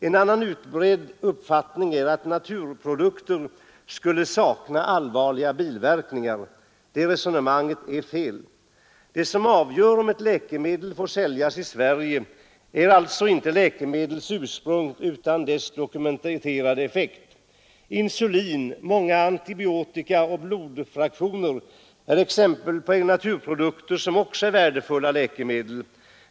En annan utbredd uppfattning är att naturprodukter skulle sakna allvarliga biverkningar. Det resonemanget är felaktigt. Vad som avgör om ett läkemedel får säljas i Sverige är som sagt inte läkemedlets ursprung utan dess dokumenterade effekt. Insulin, många antibiotika och blodfraktioner är exempel på naturprodukter som också är värdefulla läkemedel.